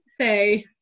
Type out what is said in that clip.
say